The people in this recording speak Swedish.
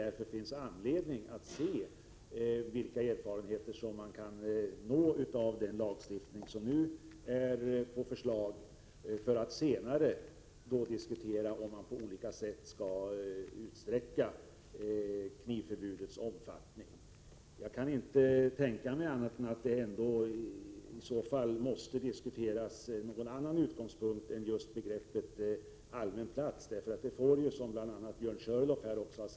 Därför finns det anledning att se vilka erfarenheter man kan vinna av den lagstiftning som nu föreslås. Senare kan man diskutera om man på olika sätt bör utsträcka knivförbudets omfattning. Jag kan inte tänka mig något annat än att man i så fall måste diskutera frågan med en annan utgångspunkt än just begreppet allmän plats. Det blir ju, som också bl.a. Björn Körlof sade, vittgående Prot.